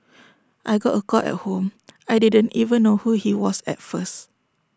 I got A call at home I didn't even know who he was at first